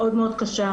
מאוד מאוד קשה,